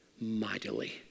mightily